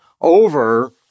over